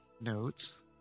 notes